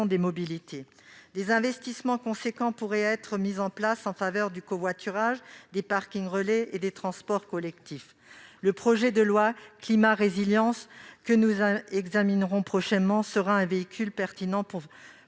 mobilités. Des investissements importants pourraient être mis en place en faveur du covoiturage, des parkings relais et des transports collectifs. Le projet de loi Climat et résilience, que nous examinerons prochainement, sera un véhicule pertinent pour